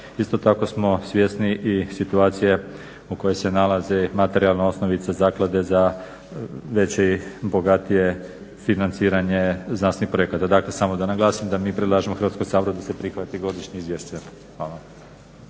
isto tako smo svjesni i situacije u kojoj se nalazi materijalna osnovica zaklade za veće i bogatije financiranje znanstvenih projekata. Dakle, samo da naglasim da mi predlažemo Hrvatskom saboru da se prihvati godišnje izvješće. Hvala.